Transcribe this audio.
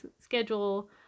schedule